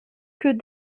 que